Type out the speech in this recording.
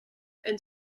and